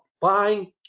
buying